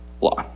law